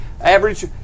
average